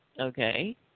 okay